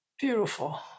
Beautiful